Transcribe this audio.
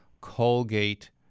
Colgate